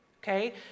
Okay